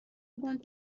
بودند